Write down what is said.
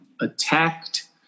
attacked